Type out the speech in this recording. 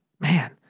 man